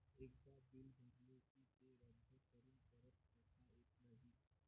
एकदा बिल भरले की ते रद्द करून परत करता येत नाही